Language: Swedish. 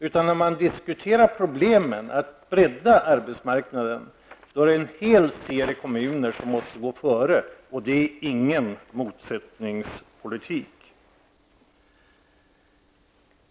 Då problemen när det gäller att bredda arbetsmarknaden diskuteras är det en hel serie kommuner som måste gå före, och det är ingen motsättningspolitik.